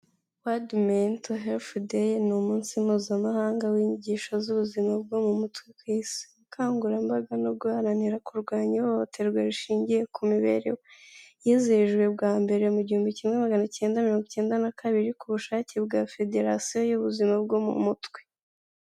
World mental health day ni umunsi mpuzamahanga w'inyigisho z'ubuzima bwo mu mutwe kukangurambaga no guharanira kurwanya ihohoterwa rishingiye ku mibereho yizihijwe bwa mbere mu gihumbi kimwe maganacyenda mirongo icyenda na kabiri ku bushake bwa federasiyo y'ubuzima bwo mu mutwe.